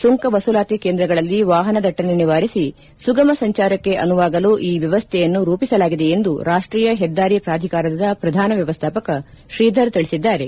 ಸುಂಕ ವಸೂಲಾತಿ ಕೇಂದ್ರಗಳಲ್ಲಿ ವಾಹನ ದಟ್ಟಣೆ ನಿವಾರಿಸಿ ಸುಗಮ ಸಂಚಾರಕ್ಕೆ ಅನುವಾಗಲು ಈ ವ್ಯವಸ್ಥೆಯನ್ನು ರೂಪಿಸಲಾಗಿದೆ ಎಂದು ರಾಷ್ಟೀಯ ಹೆದ್ದಾರಿ ಪಾಧಿಕಾರದ ಪ್ರಧಾನ ವ್ಯವಸ್ಥಾಪಕ ಶ್ರೀಧರ್ ತಿಳಿಸಿದ್ದಾರೆ